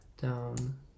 down